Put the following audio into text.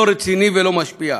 לא רציני ולא משפיע.